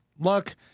Look